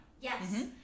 Yes